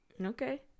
Okay